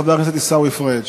חבר הכנסת עיסאווי פריג'.